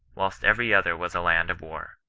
whilst every other was a land of war.